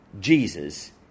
Jesus